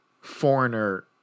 Foreigner